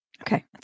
Okay